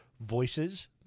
Voices